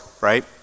right